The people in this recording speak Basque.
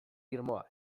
irmoa